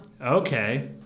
Okay